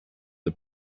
the